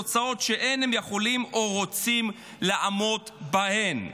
בתוצאות שאין הם יכולים או רוצים לעמוד בהן.